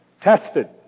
tested